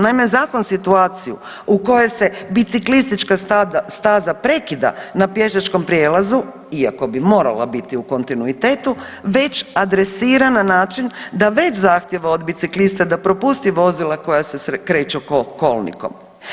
Naime, zakon situaciju u kojoj se biciklistička staza prekida na pješačkom prijelazu, iako bi morala biti u kontinuitetu, već adresira na način da već zahtjeva od biciklista da propusti vozila koja se kreću kolnikom.